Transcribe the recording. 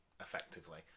effectively